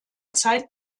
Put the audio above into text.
zeit